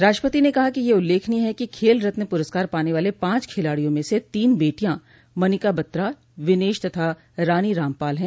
राष्ट्रपति न कहा कि यह उल्लेखनीय है कि खेल रत्न पुरस्कार पाने वाले पांच खिलाडियों में से तीन बेटियां मनिका बत्रा विनेश तथा रानी रामपाल हैं